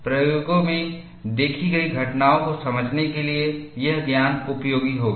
प्रयोगों में देखी गई घटनाओं को समझने के लिए यह ज्ञान उपयोगी होगा